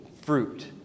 fruit